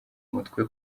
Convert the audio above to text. mutwe